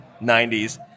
90s